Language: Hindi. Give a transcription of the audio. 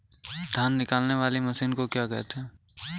धान निकालने वाली मशीन को क्या कहते हैं?